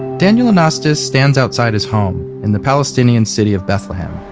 daniel anastas stands outside his home in the palestinian city of bethlehem.